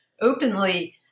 openly